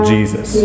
Jesus